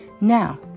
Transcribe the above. Now